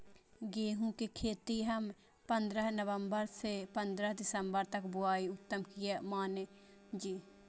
गेहूं के खेती हम पंद्रह नवम्बर से पंद्रह दिसम्बर तक बुआई उत्तम किया माने जी?